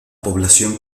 población